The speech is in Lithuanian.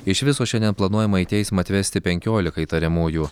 iš viso šiandien planuojama į teismą atvesti penkiolika įtariamųjų